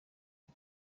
amb